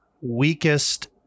weakest